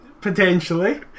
Potentially